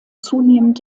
zunehmend